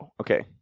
okay